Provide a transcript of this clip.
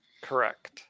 Correct